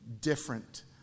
different